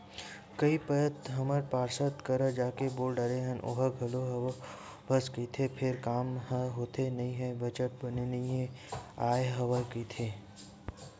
कई पइत हमन पार्षद करा जाके बोल डरे हन ओहा घलो हव हव बस कहिथे फेर काम ह होथे नइ हे बजट बने नइ आय हवय कहिथे